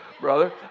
brother